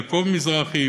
יעקב מזרחי,